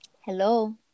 Hello